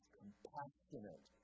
compassionate